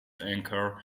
anchor